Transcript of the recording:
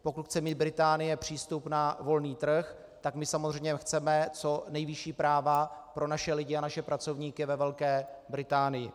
Pokud chce mít Británie přístup na volný trh, tak my samozřejmě chceme co nejvyšší práva pro naše lidi a naše pracovníky ve Velké Británii.